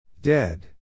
Dead